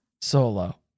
Solo